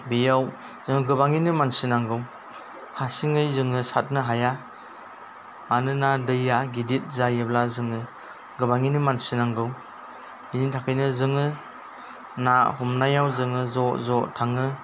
बेयाव जों गोबाङैनो मानसि नांगौ हारसिङै जोङो सारनो हाया मानोना दैया गिदिर जायोब्ला जोङो गोबाङैनो मानसि नांगौ बेनि थाखायनो जोङो ना हमनायाव जोङो ज' ज' थाङो